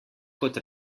kot